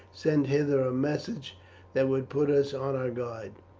send hither a message that would put us on our guard.